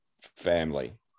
family